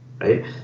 right